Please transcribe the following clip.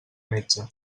metge